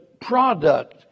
product